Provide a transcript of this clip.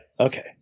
Okay